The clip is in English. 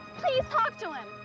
please talk to him!